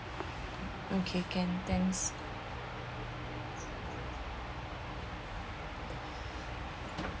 okay can thanks